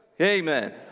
Amen